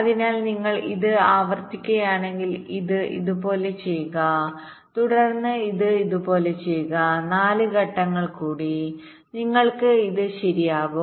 അതിനാൽ നിങ്ങൾ ഇത് ആവർത്തിക്കുകയാണെങ്കിൽ ഇത് ഇതുപോലെ ചെയ്യുക തുടർന്ന് ഇത് ഇതുപോലെ ചെയ്യുക 4 ഘട്ടങ്ങൾ കൂടി നിങ്ങൾക്ക് ഇത് ശരിയാകും